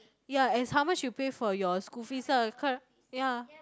ya as how much you pay for your school fees ah ya